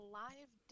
live